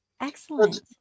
Excellent